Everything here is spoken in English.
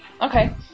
Okay